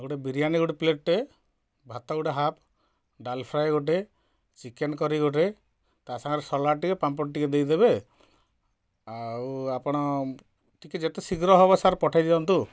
ଅ ଗୋଟେ ବିରିୟାନୀ ଗୋଟେ ପ୍ଲେଟଟେ ଭାତ ଗୋଟେ ହାଫ ଡ଼ାଲ ଫ୍ରାଏ ଗୋଟେ ଚିକେନ କରି ଗୋଟେ ତା ସାଙ୍ଗରେ ସଲାଡ଼ ଟିକିଏ ପାମ୍ପଡ଼ ଟିକିଏ ଦେଇଦେବେ ଆଉ ଆପଣ ଟିକେ ଯେତେ ଶିଘ୍ର ହବ ସାର୍ ପଠାଇ ଦିଅନ୍ତୁ